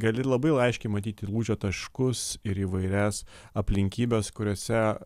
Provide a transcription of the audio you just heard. gali labai jau aiškiai matyti lūžio taškus ir įvairias aplinkybes kuriose